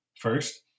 First